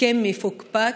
הסכם מפוקפק,